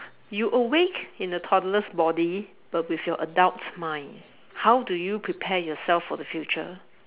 you're awake in a toddler's body but with your adult mind how do you prepare yourself for the future